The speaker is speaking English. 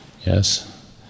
Yes